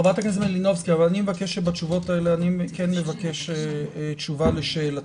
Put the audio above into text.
אבקש גם תשובה לשאלתי,